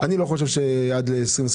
אני לא חושב שעד 2023,